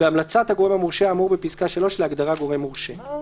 הגורם המורשה האמור בפסקה (1) להגדרה "גורם מורשה" בהמלצת